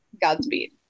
Godspeed